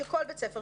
שכל בית ספר,